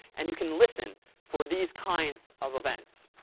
and you can listen for these kinds of events.